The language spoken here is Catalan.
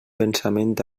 pensament